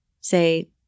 say